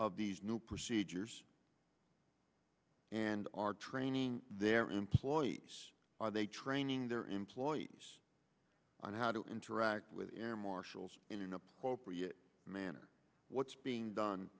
of these new procedures and are training their employees are they training their employees on how to interact with air marshals in an appropriate manner what's being done